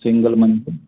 single month